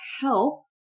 help